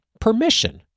permission